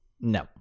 No